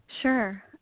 Sure